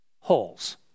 holes